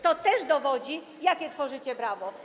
To też dowodzi, jakie tworzycie prawo.